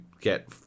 get